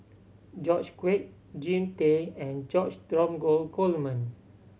George Quek Jean Tay and George Dromgold Coleman